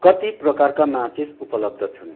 कति प्रकारका माचिस उपलब्ध छन्